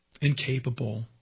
incapable